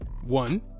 One